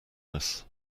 this